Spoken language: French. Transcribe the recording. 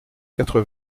quatre